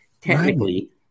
technically